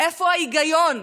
איפה ההיגיון?